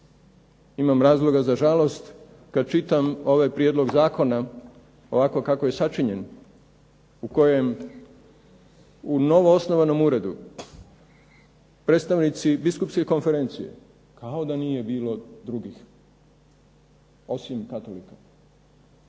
Imam razloga za žalost kad čitam ovaj prijedlog zakona, ovako kako je sačinjen, u kojem u novoosnovanom uredu predstavnici biskupske konferencije kao da nije bilo drugih osim katolika.